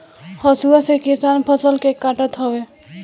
हसुआ से किसान फसल के काटत हवे